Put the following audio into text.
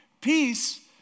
Peace